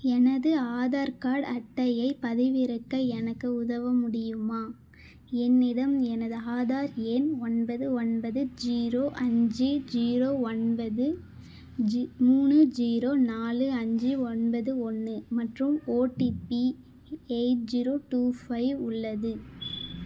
எனது ஆதார் கார்ட் அட்டையைப் பதிவிறக்க எனக்கு உதவ முடியுமா என்னிடம் எனது ஆதார் எண் ஒன்பது ஒன்பது ஜீரோ அஞ்சு ஜீரோ ஒன்பது ஜீ மூணு ஜீரோ நாலு அஞ்சு ஒன்பது ஒன்று மற்றும் OTP eight zero two five உள்ளது